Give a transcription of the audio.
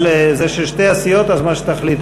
אבל זה של שתי הסיעות, אז מה שתחליטו.